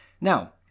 Now